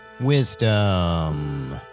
Wisdom